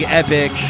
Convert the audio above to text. epic